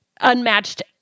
unmatched